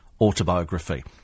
autobiography